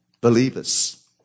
believers